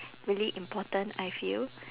really important I feel